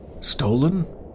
Stolen